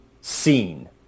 seen